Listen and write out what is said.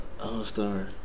all-star